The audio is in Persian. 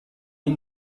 این